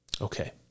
Okay